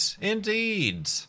Indeed